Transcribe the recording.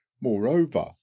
moreover